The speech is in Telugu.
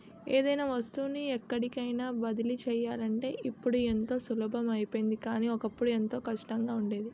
ఏదైనా వస్తువుని ఎక్కడికైన బదిలీ చెయ్యాలంటే ఇప్పుడు ఎంతో సులభం అయిపోయింది కానీ, ఒకప్పుడు ఎంతో కష్టంగా ఉండేది